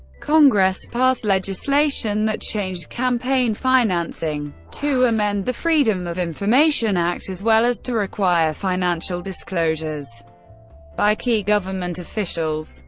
congress passed legislation that changed campaign financing, to amend the freedom of information act, as well as to require financial disclosures by key government officials.